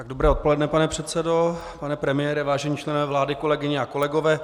Dobré odpoledne, pane předsedo, pane premiére, vážení členové vlády, kolegyně a kolegové.